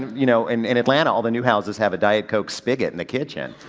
you know in atlanta all the new houses have a diet coke spigot in the kitchen.